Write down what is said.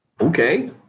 Okay